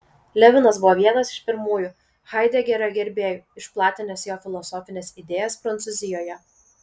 levinas buvo vienas iš pirmųjų haidegerio gerbėjų išplatinęs jo filosofines idėjas prancūzijoje